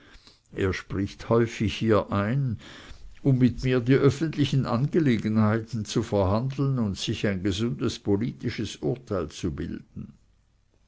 er spricht häufig hier ein um mit mir die öffentlichen angelegenheiten zu verhandeln und sich ein gesundes politisches urteil zu bilden